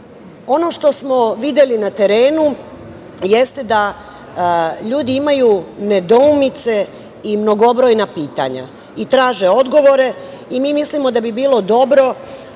što smo videli na terenu jeste da ljudi imaju nedoumice i mnogobrojna pitanja i traže odgovore. Mi mislimo da bi bilo dobro